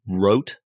wrote